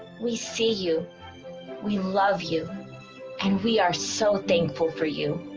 we see you we love you and we are so thankful for you